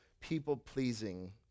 people-pleasing